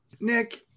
nick